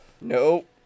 Nope